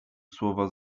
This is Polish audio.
słowa